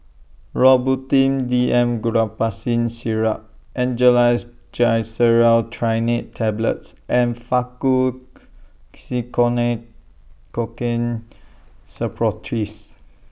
Robitussin D M Guaiphenesin Syrup Angised Glyceryl Trinitrate Tablets and Faktu Cinchocaine Suppositories